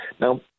Now